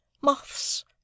Moths